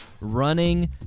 running